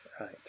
right